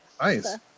nice